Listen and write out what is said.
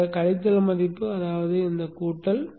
இந்த கழித்தல் மதிப்பு அதாவது இது கூட்டல்